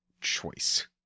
choice